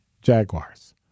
Jaguars